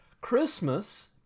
Christmas